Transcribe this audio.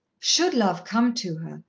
should love come to her,